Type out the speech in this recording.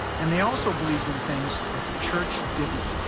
and they also believed in things that the church didn't.